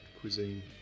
cuisine